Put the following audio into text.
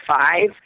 five